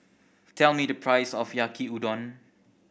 tell me the price of Yaki Udon